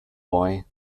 boy